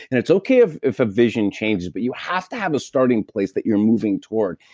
and it's okay if if a vision changes but you have to have a starting place that you're moving toward.